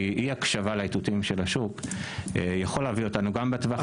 כי אי הקשבה לאיתותים של השוק יכול להביא אותנו גם בטווח הקצר